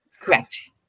Correct